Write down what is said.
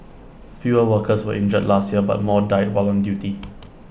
fewer workers were injured last year but more died while on duty